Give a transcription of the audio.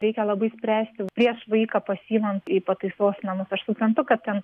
reikia labai spręsti prieš vaiką pasiimant į pataisos namus aš suprantu kad ten